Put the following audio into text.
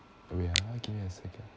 wait ah give me a second